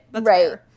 Right